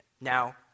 Now